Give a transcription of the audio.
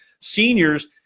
seniors